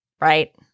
right